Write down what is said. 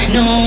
no